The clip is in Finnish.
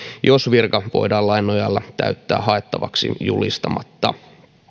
jos virka voidaan lain nojalla täyttää haettavaksi julistamatta